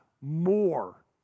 more